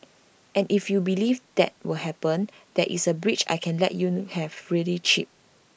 and if you believe that will happen there is A bridge I can let you have really cheap